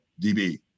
db